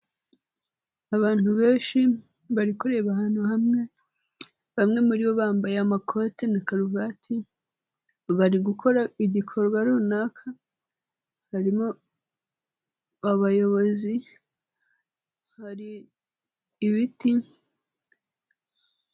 Abantu benshi bari kureba ahantu hamwe, bamwe muri bo bambaye amakoti na karuvati, bari gukora igikorwa runaka, harimo abayobozi, hari ibiti.